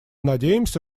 надеемся